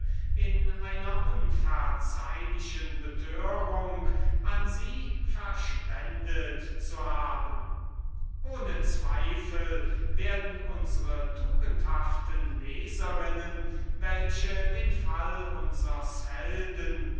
in einer unverzeihlichen betörung seiner seele an sie verschwendet zu haben ohne zweifel werden unsre tugendhafte leserinnen welche den fall unsers helden